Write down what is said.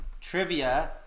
trivia